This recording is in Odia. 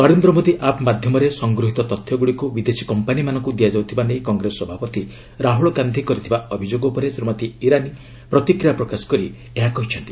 ନରେନ୍ଦ୍ର ମୋଦି ଆପ୍ ମାଧ୍ୟମରେ ସଂଗୃହିତ ତଥ୍ୟଗୁଡ଼ିକୁ ବିଦେଶୀ କମ୍ପାନୀମାନଙ୍କୁ ଦିଆଯାଉଥିବା ନେଇ କଂଗ୍ରେସ ସଭାପତି ରାହୁଳ ଗାନ୍ଧି କରିଥିବା ଅଭିଯୋଗ ଉପରେ ଶ୍ରୀମତୀ ଇରାନୀ ପ୍ରତିକ୍ରିୟା ପ୍ରକାଶ କରି ଏହା କହିଛନ୍ତି